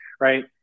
Right